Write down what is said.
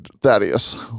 Thaddeus